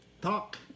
talk